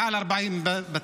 מעל 40 בתים.